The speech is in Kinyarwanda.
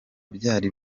byari